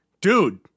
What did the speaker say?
dude